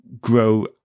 grow